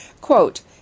Quote